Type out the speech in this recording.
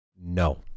No